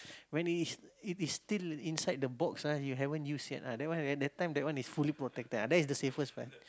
when it is it is still inside the box ah you haven't use yet ah that one at that time that one is fully protected ah that is the safest